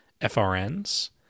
FRNs